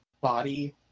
body